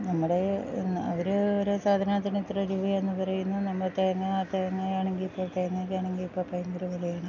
നമ്മുടെ എന്നാ അവരൊര് സാധനത്തിനിത്ര രൂപയാന്ന് പറയ്ന്നു നമ്മൾ തേങ്ങാ തേങ്ങയാണങ്കിപ്പോൾ തേങ്ങക്കാണങ്കിപ്പൊ ഭയങ്കര വിലയാണ്